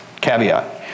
caveat